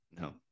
No